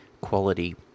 quality